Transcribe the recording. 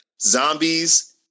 zombies